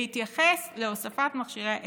בהתייחס להוספת מכשירי אקמו,